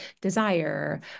desire